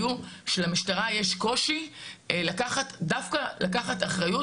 הייתה שלמשטרה יש קושי דווקא לקחת אחריות,